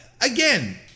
again